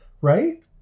right